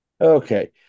Okay